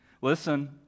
Listen